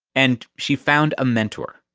and she found a mentor.